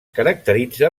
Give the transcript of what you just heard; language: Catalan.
caracteritza